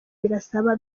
birasaba